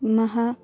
महान्